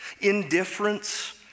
Indifference